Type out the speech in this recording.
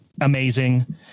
amazing